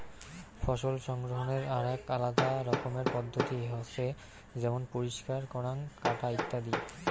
ফসল সংগ্রহনের আরাক আলাদা রকমের পদ্ধতি হসে যেমন পরিষ্কার করাঙ, কাটা ইত্যাদি